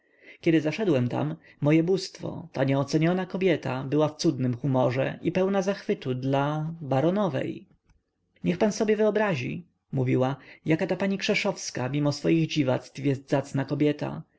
kiedy zaszedłem tam moje bóstwo ta nieoceniona kobieta była w cudnym humorze i pełna zachwytu dla baronowej niech pan sobie wyobrazi mówiła jaka ta pani krzeszowska mimo swoich dziwactw jest zacna kobieta